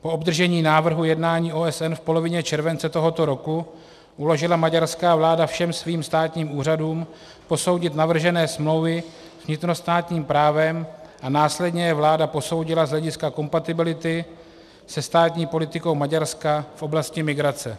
Po obdržení návrhu jednání OSN v polovině července tohoto roku uložila maďarská vláda všem svým státním úřadům posoudit navržené smlouvy vnitrostátním právem a následně je vláda posoudila z hlediska kompatibility se státní politikou Maďarska v oblasti migrace.